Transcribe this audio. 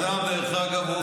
ואומר: הוא לא